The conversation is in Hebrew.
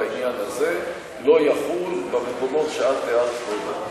העניין הזה לא יחול במקומות שתיארת קודם.